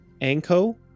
Anko